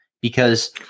Because-